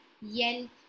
yell